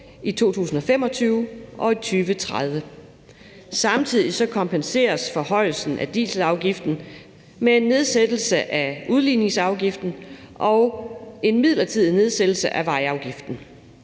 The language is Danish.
i 2025 og i 2030. Samtidig kompenseres forhøjelsen af dieselafgiften med en nedsættelse af udligningsafgiften og en midlertidig nedsættelse af vejafgiften.